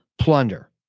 plunder